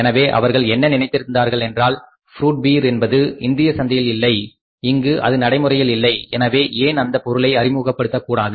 எனவே அவர்கள் என்ன நினைத்திருந்தார்களென்றால் ஃப்ரூட் பீர் என்பது இந்திய சந்தையில் இல்லை இங்கு அது நடைமுறையில் இல்லை எனவே ஏன் அந்தப் பொருளை அறிமுகபடுத்த கூடாது